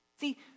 See